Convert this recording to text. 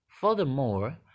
Furthermore